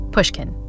Pushkin